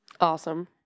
Awesome